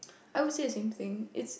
I will say the same thing it's